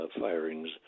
firings